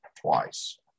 twice